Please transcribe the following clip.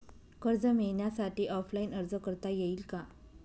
कर्ज मिळण्यासाठी ऑफलाईन अर्ज करता येईल का?